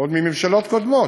עוד מממשלות קודמות,